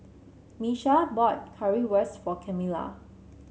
Miesha bought Currywurst for Camilla